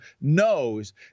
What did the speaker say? knows